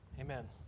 Amen